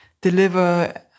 deliver